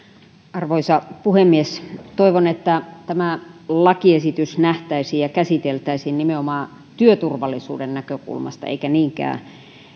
arvoisa puhemies toivon että tämä lakiesitys nähtäisiin ja käsiteltäisiin nimenomaan työturvallisuuden näkökulmasta eikä niinkään